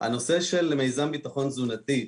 הנושא של מיזם ביטחון תזונתי,